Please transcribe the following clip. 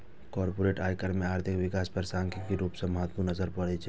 corporate आयकर के आर्थिक विकास पर सांख्यिकीय रूप सं महत्वपूर्ण असर पड़ै छै